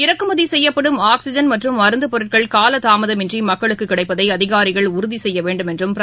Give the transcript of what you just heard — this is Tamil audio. இறக்குமதி செய்யப்படும் ஆக்சிஜன் மற்றும் மருந்துப் பொருட்கள் காலதாமதமின்றி மக்களுக்கு கிடைப்பதை அதிகாரிகள் உறுதி செய்ய வேண்டும் என்றும் பிரதம் திரு